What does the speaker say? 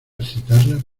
excitarlas